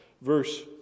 Verse